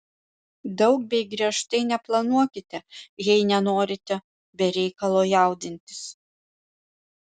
daug bei griežtai neplanuokite jei nenorite be reikalo jaudintis